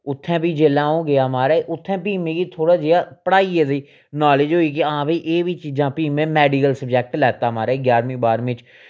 उत्थें बी जेल्लै अ'ऊं गेआ महाराज उत्थै फ्ही मि थोह्ड़ा जेहा पढ़ाइयै दी नालेज होई कि हां भाई एह् बी चीजां फ्ही में मेडिकल सब्जैक्ट लैता महाराज ञारमीं बाह्रमीं च